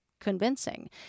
Convincing